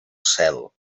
cel